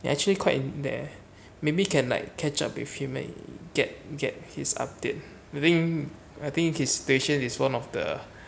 he actually quite bad eh maybe can like catch up with him and get get his update living I think his situation is one of the